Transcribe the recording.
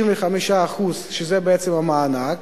65%, שזה בעצם המענק,